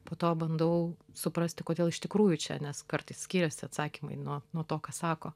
po to bandau suprasti kodėl iš tikrųjų čia nes kartais skiriasi atsakymai nuo nuo to ką sako